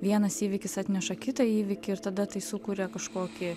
vienas įvykis atneša kitą įvykį ir tada tai sukuria kažkokį